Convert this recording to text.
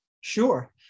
Sure